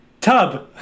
Tub